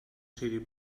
ciri